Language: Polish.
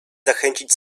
zachęcić